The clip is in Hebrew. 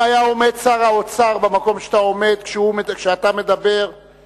אם היה עומד שר האוצר במקום שאתה עומד כשאתה מדבר,